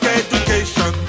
education